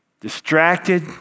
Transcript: Distracted